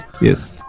Yes